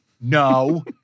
no